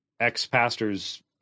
ex-pastors